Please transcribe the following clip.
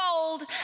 gold